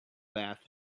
bath